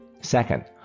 Second